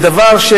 בדבר,